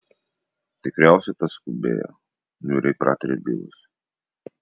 tikriausiai tas skubėjo niūriai pratarė bilas